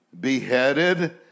beheaded